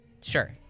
Sure